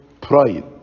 pride